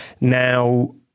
Now